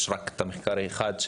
יש רק מחקר אחד,